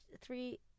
three